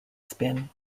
spin